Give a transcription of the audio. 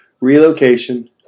relocation